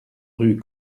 rue